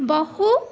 बहु